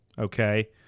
Okay